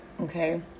okay